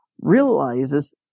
realizes